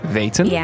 weten